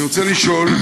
אני רוצה לשאול: